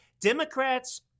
Democrats